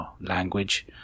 language